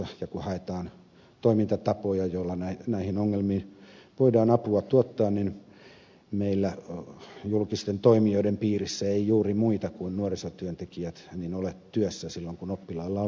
ja kun haetaan toimintatapoja joilla näihin ongelmiin voidaan apua tuottaa niin meillä julkisten toimijoiden piirissä ei juuri muita kuin nuorisotyöntekijät ole työssä silloin kun oppilaalla on vapaa aikaa